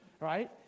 right